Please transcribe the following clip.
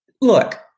look